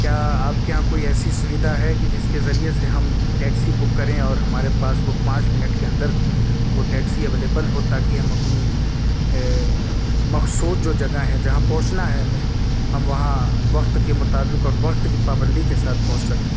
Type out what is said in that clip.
کیا آپ کے یہاں کوئی ایسی سودھا ہے کہ جس کے ذریعے سے ہم ٹیکسی بک کریں اور ہمارے پاس وہ پانچ منٹ کے اندر وہ ٹیکسی اویلیبل ہو تاکہ ہم اپنی مقصود جو جگہ ہے جہاں پہنچنا ہے ہمیں ہم وہاں وقت کے مطابق اور وقت کی پابندی کے ساتھ پہنچ سکیں